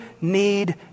need